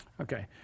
Okay